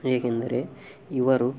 ಹೇಗೆಂದರೆ ಇವರು